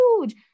huge